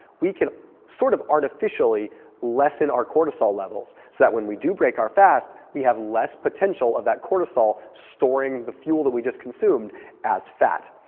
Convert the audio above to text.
we can sort of artificially lessen our cortisol levels so that when we do break our fast, we have less potential of that cortisol storing the fuel that we just consumed as fat.